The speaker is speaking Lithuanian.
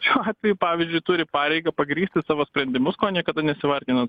šiuo atveju pavyzdžiui turi pareigą pagrįsti savo sprendimus ko niekada nesivargino